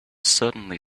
certainly